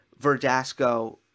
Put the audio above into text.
Verdasco